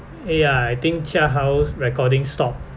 yaa I think jiahao's recording stop